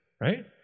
Right